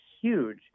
huge